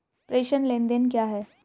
प्रेषण लेनदेन क्या है?